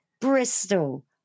Bristol